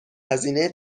هزینه